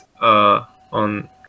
on